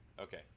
Okay